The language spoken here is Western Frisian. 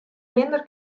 minder